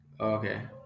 Okay